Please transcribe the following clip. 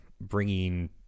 bringing